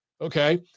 okay